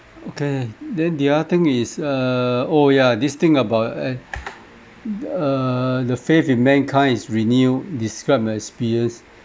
okay then the other thing is err oh ya this thing about eh err the faith in mankind is renewed describe an experience